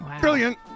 Brilliant